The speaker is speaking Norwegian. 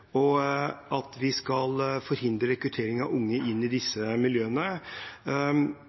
og at vi skal forhindre rekruttering av unge til disse miljøene.